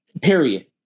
period